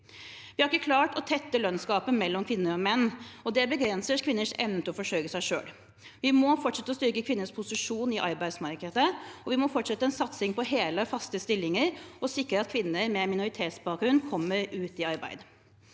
Vi har ikke klart å tette lønnsgapet mellom kvinner og menn, og det begrenser kvinners evne til å forsørge seg selv. Vi må fortsette å styrke kvinners posisjon i arbeidsmarkedet, og vi må fortsette en satsing på hele, faste stillinger og sikre at kvinner med minoritetsbakgrunn kommer ut i arbeid.